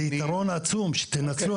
זה ייתרון עצום שתנצלו,